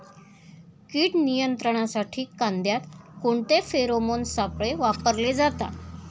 कीड नियंत्रणासाठी कांद्यात कोणते फेरोमोन सापळे वापरले जातात?